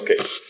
okay